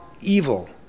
evil